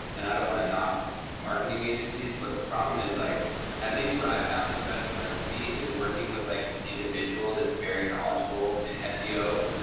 and i don't wanna knock marketing agencies but the problem is, like at least what i found, the best recipe is working with like an individual that's very knowledgeable in seo.